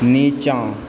नीचाँ